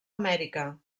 amèrica